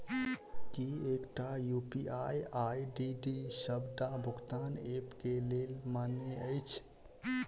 की एकटा UPI ID डी सबटा भुगतान ऐप केँ लेल मान्य अछि?